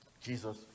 jesus